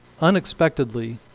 unexpectedly